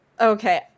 Okay